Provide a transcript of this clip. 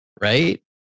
right